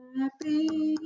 Happy